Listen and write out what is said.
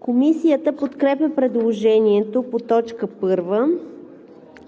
Комисията подкрепя предложението по т. 1,